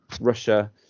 Russia